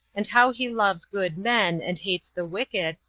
and how he loves good men, and hates the wicked,